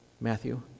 Matthew